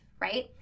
right